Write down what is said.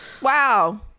wow